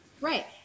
Right